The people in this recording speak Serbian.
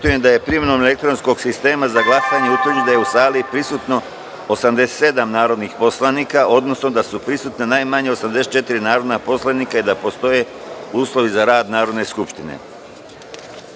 da je, primenom elektronskog sistema za glasanje, utvrđeno da je u sali prisutno 87 narodnih poslanika, odnosno da su prisutna najmanje 84 narodna poslanika i da postoje uslovi za rad Narodne